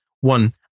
One